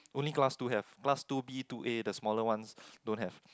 on class two have class two B two A the smaller ones don't have